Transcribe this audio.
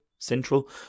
Central